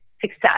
success